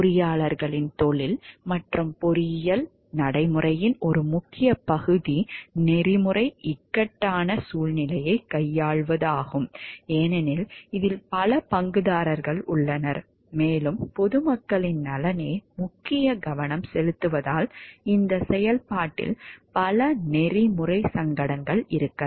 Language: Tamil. பொறியாளர்களின் தொழில் மற்றும் பொறியியல் நடைமுறையின் ஒரு முக்கிய பகுதி நெறிமுறை இக்கட்டான சூழ்நிலையை கையாள்வதாகும் ஏனெனில் இதில் பல பங்குதாரர்கள் உள்ளனர் மேலும் பொது மக்களின் நலனே முக்கிய கவனம் செலுத்துவதால் இந்த செயல்பாட்டில் பல நெறிமுறை சங்கடங்கள் இருக்கலாம்